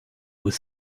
was